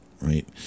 right